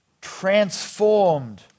transformed